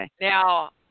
Now